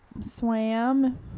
swam